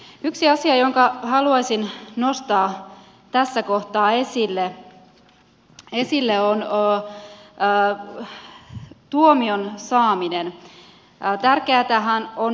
yksi asia jonka haluaisin nostaa tässä kohtaa esille on tuomion saaminen